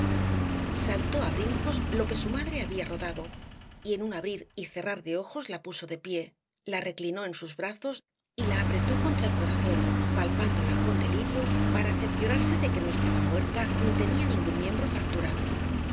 saltó á brincos lo que su madre había rodado y en un abrir y cerrar de ojos la puso de pié la reclinó en sus brazos y la apretó contra el corazón palpándola con delirio para cerciorarse de que no estaba muerta ni tenía ningún miembro fracturado